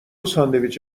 ساندویچ